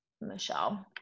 Michelle